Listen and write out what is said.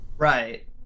Right